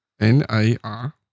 N-A-R